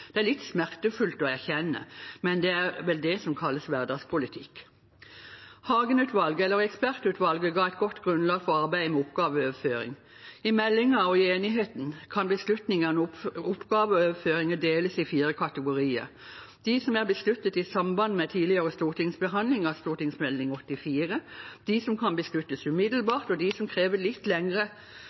Det er litt smertefullt å erkjenne, men det er vel dette som kalles hverdagspolitikk. Hagen-utvalget, ekspertutvalget, ga et godt grunnlag for arbeidet med oppgaveoverføring. I meldingen og i enigheten kan beslutningene om oppgaveoverføringer deles i fire kategorier: de som er besluttet i samband med tidligere stortingsbehandling av Prop. 84 S for 2016–2017, de som kan besluttes umiddelbart, de som krever litt lengre